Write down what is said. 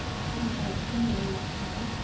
see if you can find something new each time.